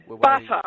Butter